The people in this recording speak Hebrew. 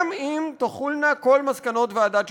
גם אם תחולנה כל מסקנות ועדת ששינסקי.